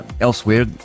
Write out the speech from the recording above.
Elsewhere